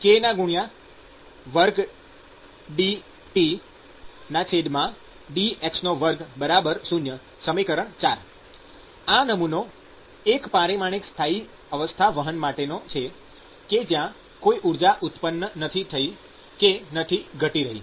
kd 2 T d x 2 0 ૪ આ નમૂનો એક પરિમાણિક સ્થાયી અવસ્થા ઉષ્માવહન માટેનો છે કે જ્યાં કોઈ ઊર્જા ઉત્પન્ન નથી થઈ રહી કે નથી ઘટી રહી